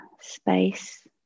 space